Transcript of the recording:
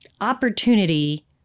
opportunity